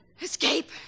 Escape